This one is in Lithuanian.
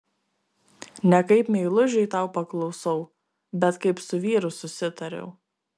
ne kaip meilužiui tau paklusau bet kaip su vyru susitariau